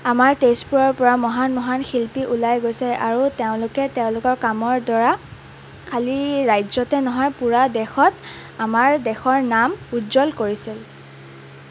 আমাৰ তেজপুৰৰ পৰা মহান মহান শিল্পী ওলাই গৈছে আৰু তেওঁলোকে তেওঁলোকৰ কামৰ দ্বাৰা খালী ৰাজ্যতে নহয় পূৰা দেশত আমাৰ দেশৰ নাম উজ্জল কৰিছিল